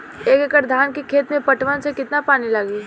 एक एकड़ धान के खेत के पटवन मे कितना पानी लागि?